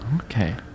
Okay